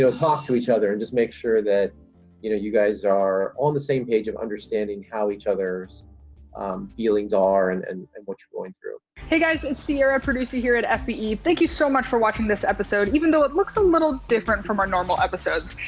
so talk to each other and just make sure that you know you guys are on the same page of how understanding how each other's feelings are and and and what you're going through. hey, guys. it's sierra, producer here at fbe. thank you so much for watching this episode even though it looks a little different from our normal episodes.